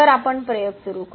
तर आपण प्रयोग सुरू करू